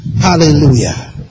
Hallelujah